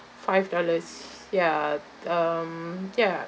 five dollars ya um ya